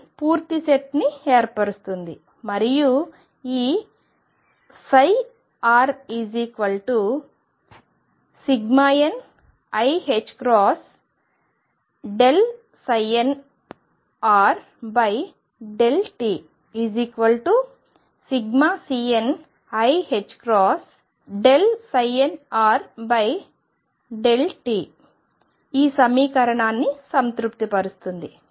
n పూర్తి సెట్ని ఏర్పరుస్తుంది మరియు ఈ ψ ∑Cniℏn∂t ∑Cniℏn∂t సమీకరణాన్ని సంతృప్తిపరుస్తుంది